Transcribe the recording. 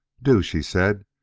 do, she said,